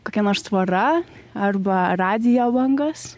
kokia nors tvora arba radijo bangos